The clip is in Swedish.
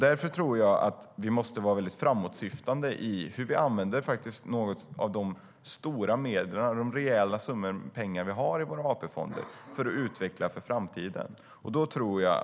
Jag tror att vi måste vara framåtsyftande när det gäller hur vi använder de stora summor vi har i våra AP-fonder för att utveckla för framtiden.